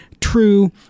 true